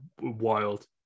wild